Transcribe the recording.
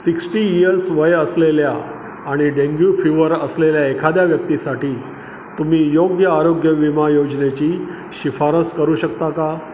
sixty years वय असलेल्या आणि डेंग्यू फीवर असलेल्या एखाद्या व्यक्तीसाठी तुम्ही योग्य आरोग्य विमा योजनेची शिफारस करू शकता का